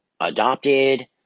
adopted